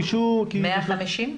150?